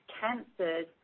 cancers